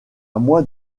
moins